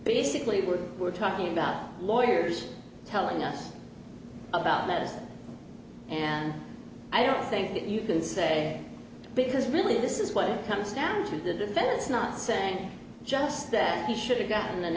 basically we're we're talking about lawyers telling us about this and i don't think you can say because really this is what it comes down to the defense not saying just that he should have gotten an